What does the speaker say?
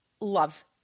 love